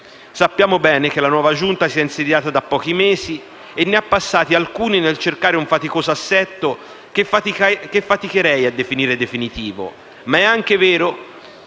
Sappiamo bene che la nuova Giunta si è insediata da pochi mesi e ne ha passati alcuni nel cercare un faticoso assetto che faticherei a definire definitivo, ma è anche vero